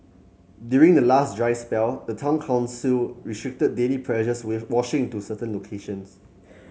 during the last dry spell the town council restricted daily pressures with washing to certain locations